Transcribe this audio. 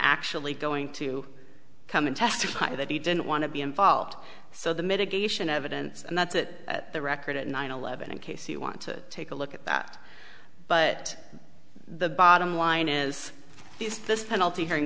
actually going to come and testify that he didn't want to be involved so the mitigation evidence and that's that the record at nine eleven in case you want to take a look at that but the bottom line is these this penalty hearing